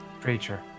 preacher